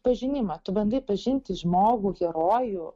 pažinimą tu bandai pažinti žmogų herojų